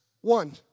one